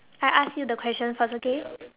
I ask you the question first okay